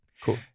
Cool